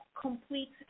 complete